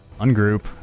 Ungroup